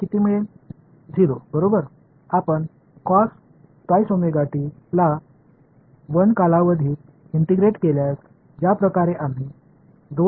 0 சரி நீங்கள் 2 ஏற்ற இறக்கங்களுக்கு ஆளான விதம் சராசரியாக 0 ஆக இருக்கும் 1 காலகட்டத்தில் இன்டெக்ரல் செய்க்கிறோம்